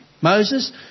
Moses